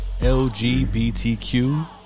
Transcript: LGBTQ